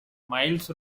myles